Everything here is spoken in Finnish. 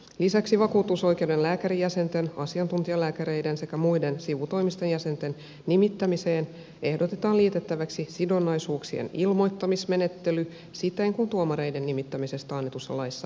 lisäksi vakuutusoikeuden lääkärijäsenten asiantuntijalääkäreiden sekä muiden sivutoimisten jäsenten nimittämiseen ehdotetaan liitettäväksi sidonnaisuuksien ilmoittamismenettely siten kuin tuomareiden nimittämisestä annetussa laissa on säädetty